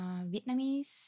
Vietnamese